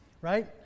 right